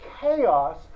chaos